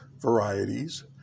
varieties